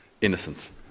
innocence